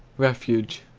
refuge.